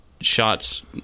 shots